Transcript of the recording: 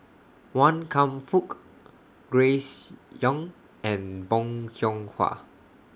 Wan Kam Fook Grace Young and Bong Hiong Hwa